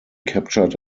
captured